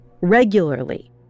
regularly